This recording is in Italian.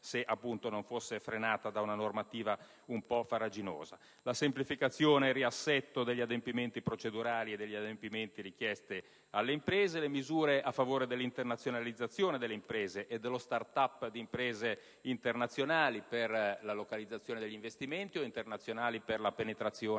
se non fosse stata frenata da una normativa un po' farraginosa. Mi riferisco alla semplificazione e al riassetto degli adempimenti procedurali e degli adempimenti richiesti alle imprese e alle misure a favore dell'internazionalizzazione delle imprese e dello *start‑up* di imprese internazionali (internazionali per la localizzazione degli investimenti o per la penetrazione